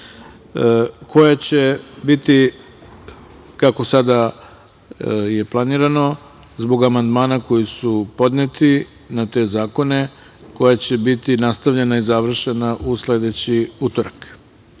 koja će biti, kako je sada planirano, zbog amandmana koji su podneti na te zakone, koja će biti nastavljena i završena u sledeći